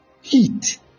heat